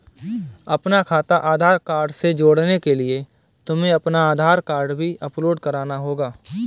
अपना खाता आधार कार्ड से जोड़ने के लिए तुम्हें अपना आधार कार्ड भी अपलोड करना होगा